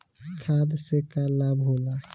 खाद्य से का लाभ होला?